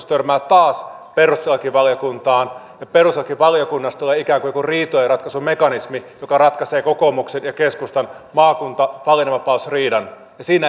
törmää taas perustuslakivaliokuntaan ja perustuslakivaliokunnasta tulee ikään kuin joku riitojenratkaisumekanismi joka ratkaisee kokoomuksen ja keskustan maakunta valinnanvapaus riidan ja siinä